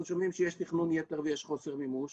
אנחנו שומעים שיש תכנון ייתר ויש חוסר מימוש.